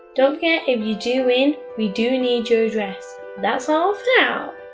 don't forget, you do win, we do need your address. that's all for now!